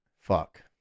Fuck